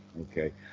Okay